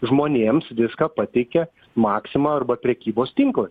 žmonėms viską pateikia maksima arba prekybos tinklai